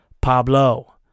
Pablo